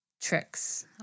tricks